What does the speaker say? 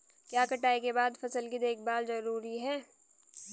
क्या कटाई के बाद फसल की देखभाल जरूरी है?